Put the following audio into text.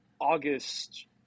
August